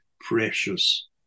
precious